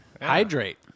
Hydrate